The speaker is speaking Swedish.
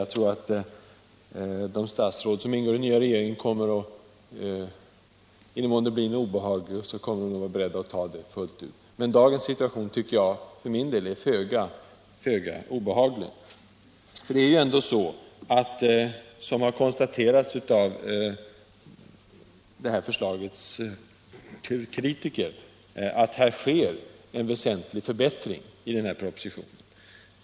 Jag tror att de statsråd som ingår i den nya regeringen, i den mån det blir något obehag, kommer att vara beredda att ta det fullt ut. Dagens situation finner jag som sagt för min del föga obehaglig. Det är ändå så, som har konstaterats av det här förslagets kritiker, att denna proposition innehåller en väsentlig förbättring.